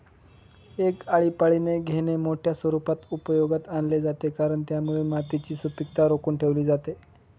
एक आळीपाळीने घेणे मोठ्या स्वरूपात उपयोगात आणले जाते, कारण त्यामुळे मातीची सुपीकता राखून ठेवली जाते